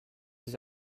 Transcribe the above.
sich